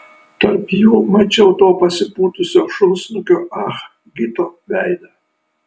tarp jų mačiau to pasipūtusio šunsnukio ah gito veidą